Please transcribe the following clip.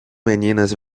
meninas